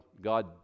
God